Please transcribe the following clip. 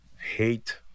hate